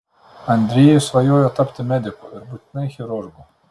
andrejus svajojo tapti mediku ir būtinai chirurgu